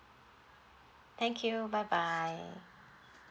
thank you bye bye